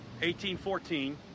1814